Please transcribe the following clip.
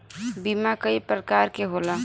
बीमा कई परकार के होला